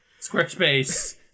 Squarespace